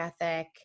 ethic